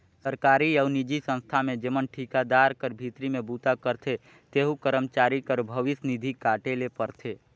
सरकारी अउ निजी संस्था में जेमन ठिकादार कर भीतरी में बूता करथे तेहू करमचारी कर भविस निधि काटे ले परथे